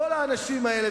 כל האנשים האלה,